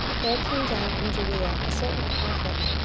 there came down from judaea a certain prophet,